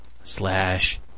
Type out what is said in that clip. slash